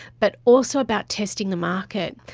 but also about testing the market.